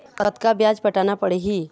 कतका ब्याज पटाना पड़ही?